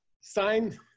sign